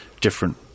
different